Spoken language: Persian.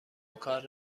کار